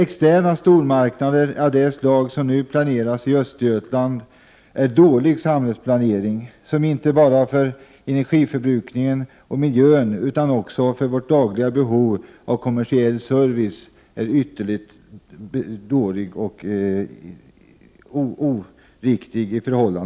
Externa stormarknader av det slag som nu planeras i Östergötland är exempel på dålig samhällsplanering som är ytterst oriktig i förhållande inte bara till energiförbrukningen och miljön utan också när det gäller vårt dagliga behov av kommersiell service.